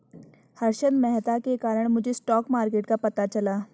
हर्षद मेहता के कारण मुझे स्टॉक मार्केट का पता चला